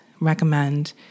Recommend